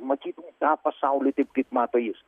matytum tą pasaulį taip kaip mato jis